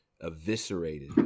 eviscerated